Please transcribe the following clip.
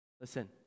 Listen